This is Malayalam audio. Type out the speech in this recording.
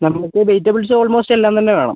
നമുക്ക് വെജിറ്റബിൾസ് ആൾമോസ്റ്റ് എല്ലാം തന്നെ വേണം